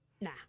Nah